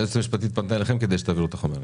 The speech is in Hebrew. היועצת המשפטית פנתה אליכם כדי שתעבירו את החומרים.